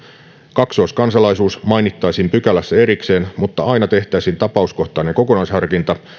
kaksoiskansalaisuus mainittaisiin pykälässä erikseen mutta aina tehtäisiin tapauskohtainen kokonaisharkinta